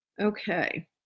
Okay